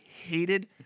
hated